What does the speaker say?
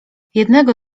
jednego